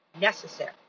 necessary